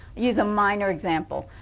use a minor example.